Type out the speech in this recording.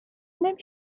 نمی